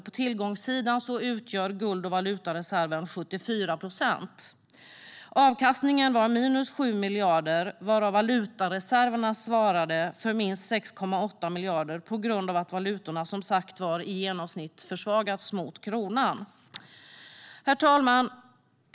På tillgångssidan utgör guld och valutareserven 74 procent. Avkastningen var 7 miljarder varav valutareserven svarade för 6,8 miljarder på grund av att valutorna i genomsnitt försvagats mot kronan. Herr talman!